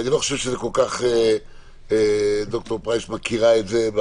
אני לא חושב שד"ר פרייס כל כך מכירה את זה.